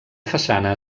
façana